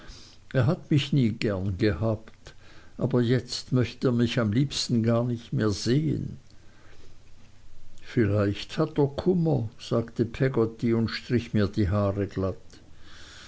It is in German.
er hat mich nie gern gehabt peggotty aber jetzt möchte er mich am liebsten gar nicht mehr sehen vielleicht hat er kummer sagte peggotty und strich mir die haare glatt